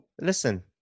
Listen